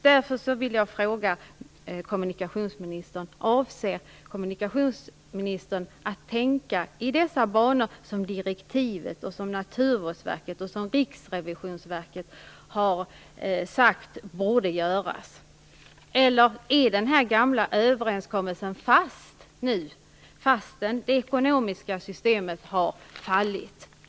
Därför vill jag fråga kommunikationsministern: Avser kommunikationsministern att tänka i de banor som man borde göra enligt direktivet, Naturvårdsverket och Riksrevisionsverket? Eller ligger den gamla överenskommelsen nu fast trots att det ekonomiska systemet har fallit?